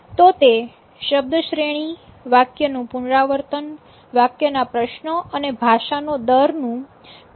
તો તે શબ્દ શ્રેણી વાક્યનું પુનરાવર્તન વાક્યના પ્રશ્નો અને ભાષા નો દર નું માપન કરે છે